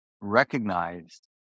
recognized